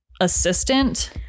assistant